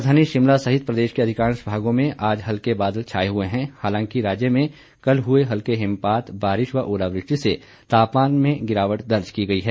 राजधानी शिमला समेत सहित के अधिकांश भागों में आज हल्के बादल छाए हुए है हालांकि राज्य में कल हुए हल्के हिमपात बारिश व ओलावृष्टि से तापमान में गिरावट दर्ज गई है